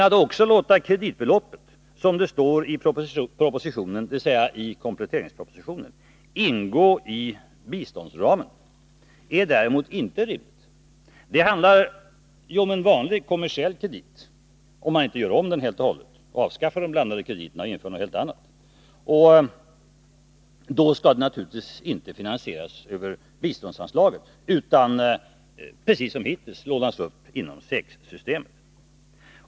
Att också låta kreditbeloppet, som det står i kompletteringspropositionen, ”ingå i biståndsramen” är däremot inte rimligt. Det handlar ju om en vanlig kommersiell kredit, såvida man inte helt och hållet gör om den, avskaffar de blandade krediterna och inför något helt annat. Då skall den naturligtvis inte finansieras över biståndsanslaget utan precis såsom hittills lånas upp inom det s.k. SEK-systemet.